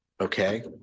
Okay